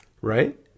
right